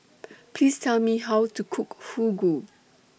Please Tell Me How to Cook Fugu